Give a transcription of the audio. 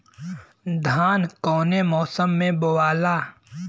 धान कौने मौसम मे बोआला?